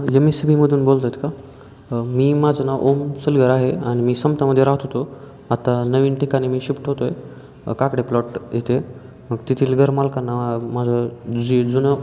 यमएससीबीमधून बोलत आहेत का मी माझं नाव ओम सलघर आहे आणि मी समतामध्ये राहात होतो आता नवीन ठिकाणी मी शिफ्ट होतो आहे काकडे प्लॉट येथे मग तेथील घर मालकांना माझं जी जुनं